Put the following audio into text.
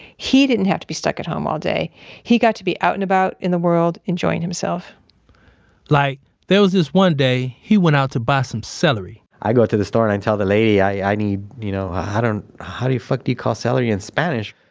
he didn't have to be stuck at home all day he got to be out and about in the world, enjoying himself like there was this, one day he went out to buy some celery i go to the store and i tell the lady i need, you know, i don't how do the fuck do you call celery in spanish?